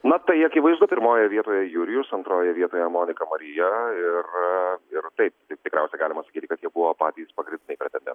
na tai akivaizdu pirmoje vietoje jurijus antroji vieta monika marija ir ir taip tikriausiai galima sakyti kad jie buvo patys pagrindai pretendentai